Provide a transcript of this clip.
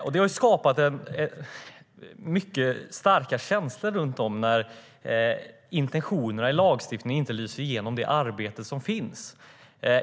Det har skapats mycket starka känslor eftersom intentionerna i lagstiftningen inte lyser igenom i det arbete som görs.